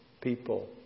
people